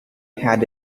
had